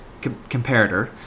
comparator